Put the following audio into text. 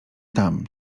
tam